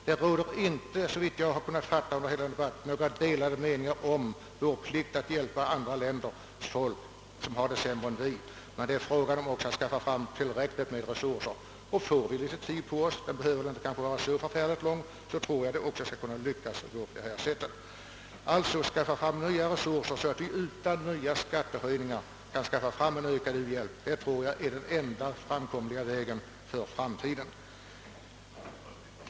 Det råder inte, såvitt jag har kunnat fatta under hela denna debatt, några delade meningar om vår plikt att hjälpa andra länders folk som har det sämre än vi. Men det är också fråga om att skaffa fram tillräckliga resurser. Får vi litet tid på oss, och den behöver kanske inte bli så förfärligt lång, skall det nog lyckas på detta sätt. Att utan nya skattehöjningar skaffa resurser till att öka u-hjälpen tror jag är den enda framkomliga vägen i framtiden.